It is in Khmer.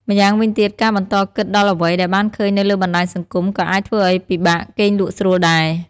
ម្យ៉ាងវិញទៀត ការបន្តគិតដល់អ្វីដែលបានឃើញនៅលើបណ្ដាញសង្គម ក៏អាចធ្វើឱ្យពិបាកគេងលក់ស្រួលដែរ។